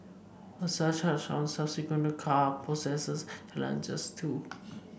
a surcharge on subsequent car poses challenges too